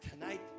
tonight